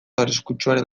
arriskutsuaren